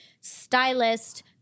stylist